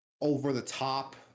over-the-top